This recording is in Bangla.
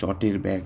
চটের ব্যাগ